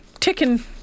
Ticking